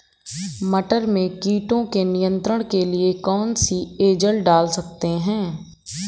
मटर में कीटों के नियंत्रण के लिए कौन सी एजल डाल सकते हैं?